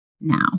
Now